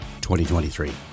2023